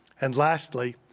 and lastly,